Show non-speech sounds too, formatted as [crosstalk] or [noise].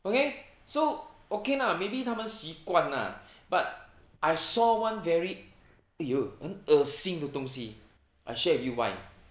okay so okay lah maybe 他们习惯 lah [breath] but I saw one very !eeyer! 很恶心的东西 I share with you why